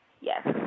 Yes